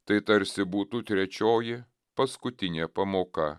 tai tarsi būtų trečioji paskutinė pamoka